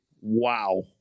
wow